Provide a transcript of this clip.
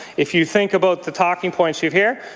if you think about the talking points you hear,